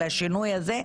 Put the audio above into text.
על השינוי הזה,